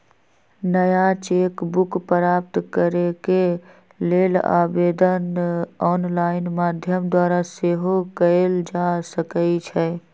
नया cheque book प्राप्त करेके लेल आवेदन ऑनलाइन माध्यम द्वारा सेहो कएल जा सकइ छै